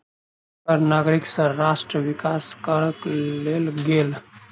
कर नागरिक सँ राष्ट्र विकास करअ लेल गेल